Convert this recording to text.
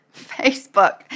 Facebook